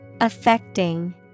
Affecting